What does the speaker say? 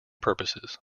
purposes